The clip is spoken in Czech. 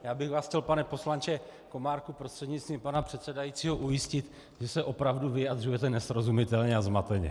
Já bych vás chtěl, pane poslanče Komárku, prostřednictvím pana předsedajícího ujistit, že se opravdu vyjadřujete nesrozumitelně a zmateně.